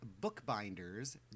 bookbinders